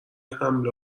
حمله